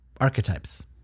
archetypes